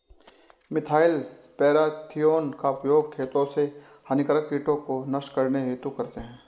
methyl parathion का उपयोग खेतों से हानिकारक कीटों को नष्ट करने हेतु करते है